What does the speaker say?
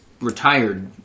retired